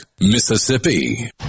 Mississippi